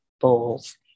bowls